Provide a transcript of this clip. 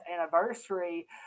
anniversary